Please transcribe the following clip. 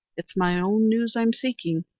it's my own news i'm seeking.